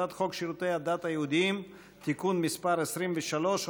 הצעת חוק שירותי הדת היהודיים (תיקון מס' 23,